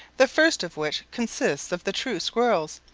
the first of which consists of the true squirrels,